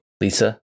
Lisa